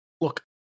Look